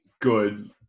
good